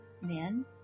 men